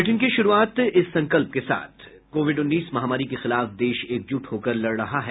bulletin की शुरूआत इस संकल्प के साथ कोविड उन्नीस महामारी के खिलाफ देश एकजुट होकर लड़ रहा है